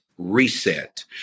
Reset